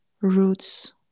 roots